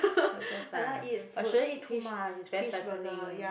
breakfast ah but shouldn't eat too much it's very fattening